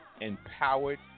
empowered